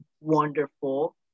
wonderful